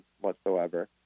whatsoever